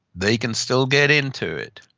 they can still get into it.